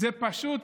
זה פשוט